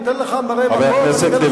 אני אתן לך מראי מקום ואני אתן לך ספרים.